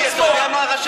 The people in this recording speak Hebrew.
חיליק, אתה יודע מה חשבתי?